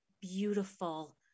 beautiful